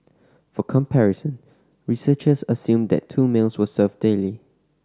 for comparison researchers assumed that two meals were served daily